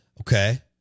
Okay